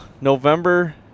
November